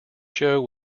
show